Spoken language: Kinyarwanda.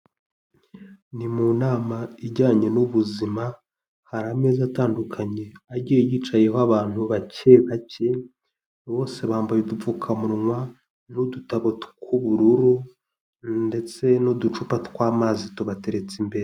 Ni mu nama ijyanye n'ubuzima, hari ameza atandukanye agiye yicayeho abantu bacye bacye, bose bambaye udupfukamunwa n'udutabo tw'ubururu ndetse n'uducupa tw'amazi tubateretse imbere.